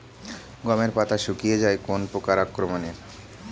গমের পাতা শুকিয়ে যায় কোন পোকার আক্রমনে?